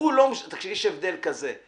יש הבדל כזה.